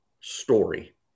story